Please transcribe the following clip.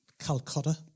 Calcutta